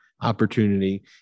opportunity